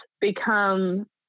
become